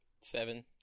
seven